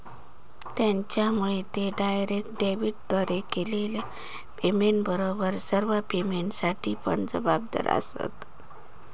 त्येच्यामुळे ते डायरेक्ट डेबिटद्वारे केलेल्या पेमेंटबरोबर सर्व पेमेंटसाठी पण जबाबदार आसंत